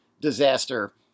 disaster